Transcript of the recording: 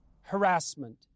harassment